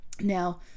Now